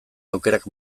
aukerak